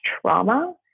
trauma